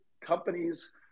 companies